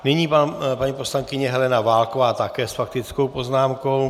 Nyní paní poslankyně Helena Válková, také s faktickou poznámkou.